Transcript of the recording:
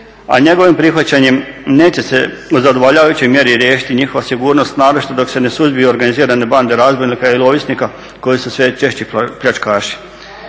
a njegovom prihvaćanjem neće se u zadovoljavajućoj mjeri riješiti njihova sigurnost naročito dok se ne suzbiju organizirane banke razbojnika ili ovisnika koji su sve češći pljačkaši.